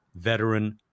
veteran